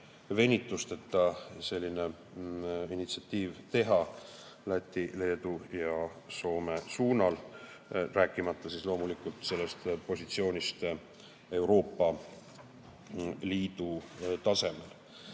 venituseta sellise initsiatiivi Läti, Leedu ja Soome suunal, rääkimata loomulikult sellisest positsioonist Euroopa Liidu tasemel.